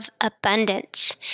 Abundance